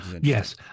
Yes